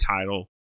title